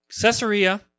Caesarea